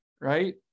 right